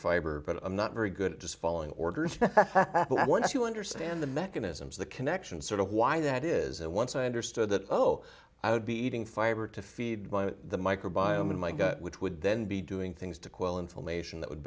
fiber but i'm not very good just following orders but once you understand the mechanisms the connection sort of why that is and once i understood that oh i would be eating fiber to feed the micro biome in my gut which would then be doing things to quell information that would